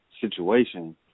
situation